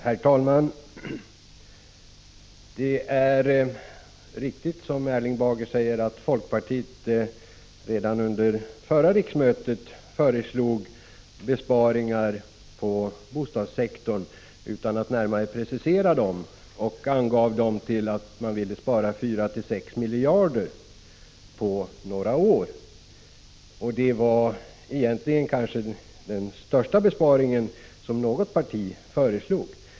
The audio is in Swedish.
Herr talman! Det är riktigt som Erling Bager säger, att folkpartiét redan under förra riksmötet föreslog besparingar inom bostadssektorn utan att närmare precisera dem. Folkpartiet angav att man ville spara 4-6 miljarder under några år. Det var kanske den största besparing som något parti föreslog.